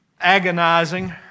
agonizing